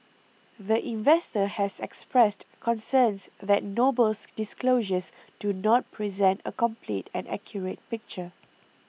the investor has expressed concerns that Noble's disclosures do not present a complete and accurate picture